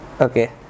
okay